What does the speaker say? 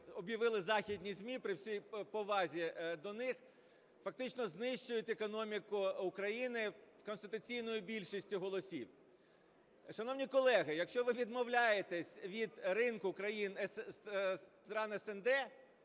об'явили західні ЗМІ, при всій повазі до них, фактично знищують економіку України конституційною більшістю голосів. Шановні колеги, якщо ви відмовляєтеся від ринку країн СНД,